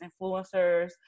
influencers